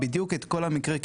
אין לי עמדה ברורה.